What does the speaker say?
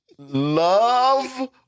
love